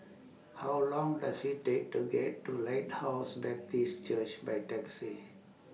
How Long Does IT Take to get to Lighthouse Baptist Church By Taxi